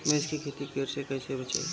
मिर्च के खेती कीट से कइसे बचाई?